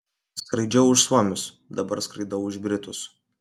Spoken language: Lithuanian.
skraidžiau už suomius dabar skraidau už britus